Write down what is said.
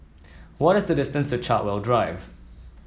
what is the distance to Chartwell Drive